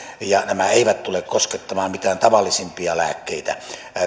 ja nämä eivät tule koskettamaan mitään tavallisimpia lääkkeitä